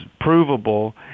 provable